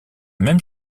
même